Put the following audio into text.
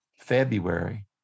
February